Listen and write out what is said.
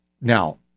Now